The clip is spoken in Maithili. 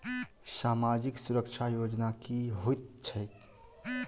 सामाजिक सुरक्षा योजना की होइत छैक?